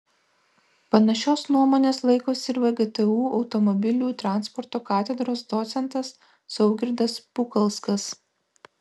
panašios nuomonės laikosi ir vgtu automobilių transporto katedros docentas saugirdas pukalskas